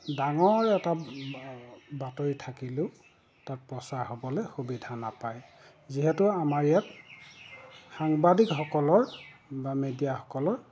ডাঙৰ এটা বাতৰি থাকিলেও তাত প্ৰচাৰ হ'বলৈ সুবিধা নাপায় যিহেতু আমাৰ ইয়াত সাংবাদিকসকলৰ বা মেডিয়াসকলৰ